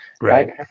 right